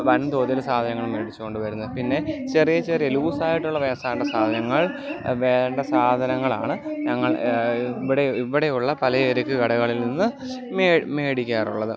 വൻ തോതിൽ സാധനങ്ങൾ മേടിച്ചോണ്ട് വരുന്നത് പിന്നെ ചെറിയ ചെറിയ ലൂസായിട്ടുള്ള വേണ്ട സാധനങ്ങൾ വേണ്ട സാധനങ്ങളാണ് ഞങ്ങൾ ഇവിടെ ഇവിടെയുള്ള പലചരക്ക് കടകളിൽ നിന്ന് മേടിക്കാറുള്ളത്